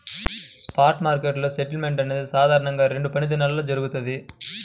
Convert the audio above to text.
spot మార్కెట్లో settlement అనేది సాధారణంగా రెండు పనిదినాల్లో జరుగుతది,